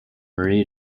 marie